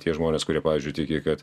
tie žmonės kurie pavyzdžiui tiki kad